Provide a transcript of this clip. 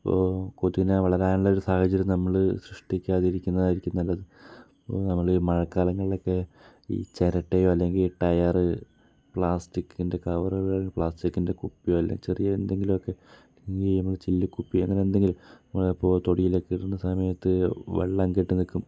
ഇപ്പോൾ കൊതുകിനെ വളരാനുള്ള ഒരു സാഹചര്യം നമ്മൾ സൃഷ്ടിക്കാതിരിക്കുന്നതായിരിക്കും നല്ലത് ഇപ്പോൾ നമ്മൾ മഴക്കാലങ്ങളിലൊക്കെ ഈ ചിരട്ടയോ അല്ലെങ്കിൽ ടയർ പ്ലാസ്റ്റിക്കിൻ്റെ കവറുകൾ പ്ലാസ്റ്റിക്കിൻ്റെ കുപ്പി അല്ലെങ്കിൽ ചെറിയ എന്തെങ്കിലും ഒക്കെ അല്ലെങ്കിൽ നമ്മുടെ ചില്ല് കുപ്പി എന്തെങ്കിലും നമ്മളിപ്പോൾ തൊടിയിലൊക്കെ ഇടുന്ന സമയത്ത് വെള്ളം കെട്ടി നിൽക്കും